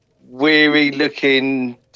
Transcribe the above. weary-looking